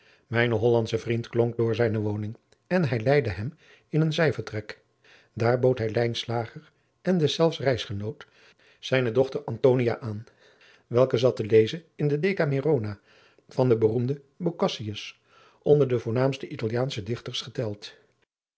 mijne hollandsche vriend klonk door zijne woning en hij leidde hem in een zijvertrek daar bood hij lijnslager en deszelfs reisgenoot zijne dochter antonia aan welke zat te lezen in de decamerona van den beroemden bocacius onder de voomaamste italiaansche dichters geteld